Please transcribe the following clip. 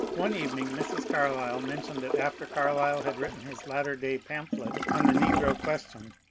one evening mrs. carlyle mentioned that after carlyle had written his latter day pamphlet on the negro question,